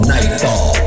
Nightfall